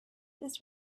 this